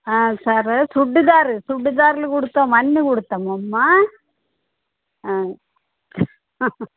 సరే చూడీదార్ చూడీదార్లు కుడతాం అన్నీ కుడతాం అమ్మ